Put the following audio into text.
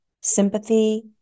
sympathy